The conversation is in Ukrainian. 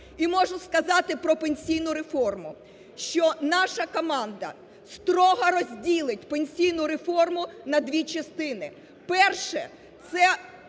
І можу сказати про пенсійну реформу, що наша команда строго розділить пенсійну реформу на дві частини. Перше – це